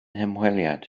hymweliad